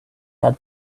had